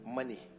money